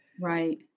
Right